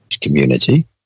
community